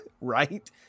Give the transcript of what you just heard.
right